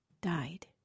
died